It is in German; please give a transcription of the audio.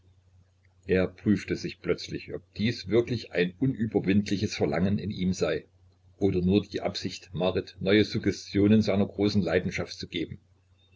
er prüfte sich plötzlich ob dies wirklich ein unüberwindliches verlangen in ihm sei oder nur die absicht marit neue suggestionen seiner großen leidenschaft zu geben